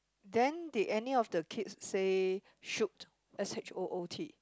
then did any of the kid say shoot S H O O T